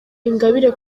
ingabire